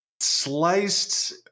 sliced